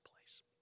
place